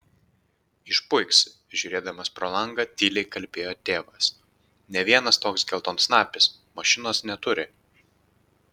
išpuiks žiūrėdamas pro langą tyliai kalbėjo tėvas nė vienas toks geltonsnapis mašinos neturi